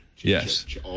Yes